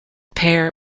pair